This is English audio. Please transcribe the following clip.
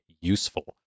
useful